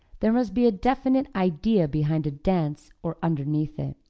there must be a definite idea behind a dance or underneath it.